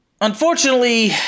unfortunately